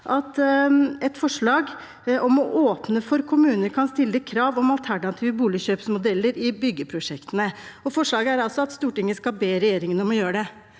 i dag om å åpne for at kommunene kan stille krav om alternative boligkjøpsmodeller i byggeprosjektene. Forslaget er altså at Stortinget skal be regjeringen om å gjøre det,